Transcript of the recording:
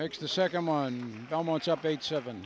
makes the second one almost up eight seven